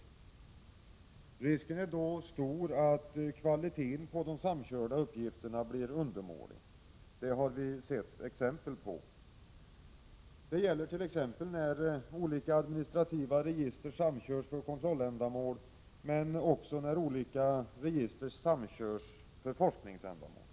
Risken är då stor att kvaliteten på de samkörda uppgifterna blir undermålig. Det har vi sett exempel på. Detta gäller t.ex. när olika administrativa register samkörs för kontrolländamål men också när olika register samkörs för forskningsändamål.